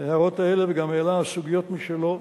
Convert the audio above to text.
ההערות האלה וגם העלה סוגיות משלו,